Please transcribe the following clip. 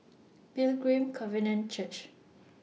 Pilgrim Covenant Church